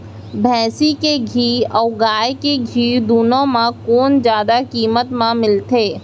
भैंसी के घीव अऊ गाय के घीव दूनो म कोन जादा किम्मत म मिलथे?